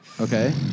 Okay